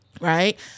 right